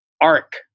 arc